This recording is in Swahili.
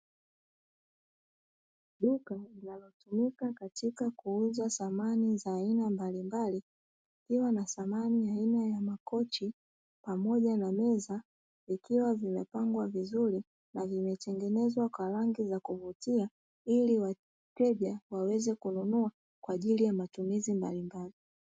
Duka linatumika katika kuuza samani za aina mbalimbali, likiwa lina samani aina ya makochi pamoja na meza, vikiwa vimepangwa vizuri na vimetengenezwa kwa rangi ya kuvutia, ili wateja waweze kununua kwa ajili ya matumizi mbalimbali.